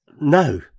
no